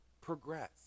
progress